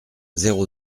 zéro